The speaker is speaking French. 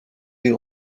des